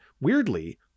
weirdly